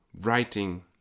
writing